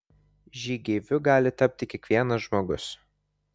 žygeiviu gali tapti kiekvienas žmogus